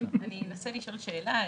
אני אנסה לשאול שאלה.